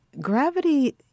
Gravity